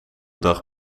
dag